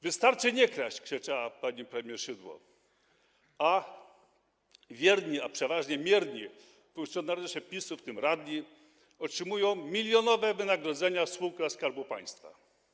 Wystarczy nie kraść - krzyczała pani premier Szydło, a wierni i przeważnie mierni funkcjonariusze PiS, w tym radni, otrzymują milionowe wynagrodzenia w spółkach Skarbu Państwa.